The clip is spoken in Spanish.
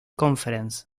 conference